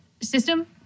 System